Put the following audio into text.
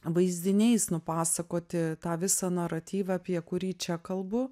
vaizdiniais nupasakoti tą visą naratyvą apie kurį čia kalbu